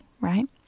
right